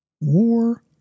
War